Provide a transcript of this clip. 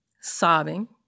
sobbing